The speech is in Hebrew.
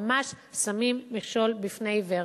ממש שמים מכשול בפני עיוור.